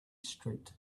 street